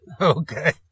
Okay